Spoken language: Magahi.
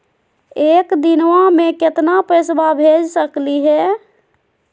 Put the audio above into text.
एक दिनवा मे केतना पैसवा भेज सकली हे?